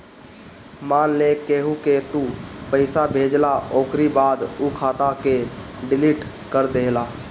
मान लअ केहू के तू पईसा भेजला ओकरी बाद उ खाता के डिलीट कर देहला